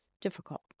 difficult